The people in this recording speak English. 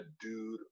dude